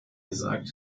gesagt